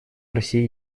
россии